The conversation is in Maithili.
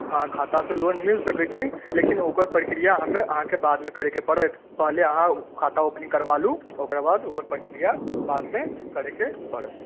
हँ खाता से लोन मिल सकै छै लेकिन ओकर प्रक्रिया हमे अहाँके बादमे करऽ के पड़त पहले अहाँ खाता ओपनिंग करबा लू ओकरा बाद ओकर प्रक्रिया बाद मे करय के पड़त